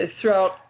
throughout